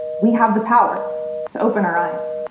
we have the power to open our eyes.